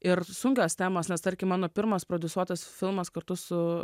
ir sunkios temos nes tarkim mano pirmas prodiusuotas filmas kartu su